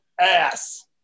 ass